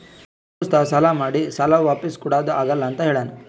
ನಮ್ ದೋಸ್ತ ಸಾಲಾ ಮಾಡಿ ಸಾಲಾ ವಾಪಿಸ್ ಕುಡಾದು ಆಗಲ್ಲ ಅಂತ ಹೇಳ್ಯಾನ್